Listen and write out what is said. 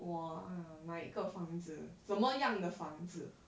!wah! 哪一个房子什么样的房子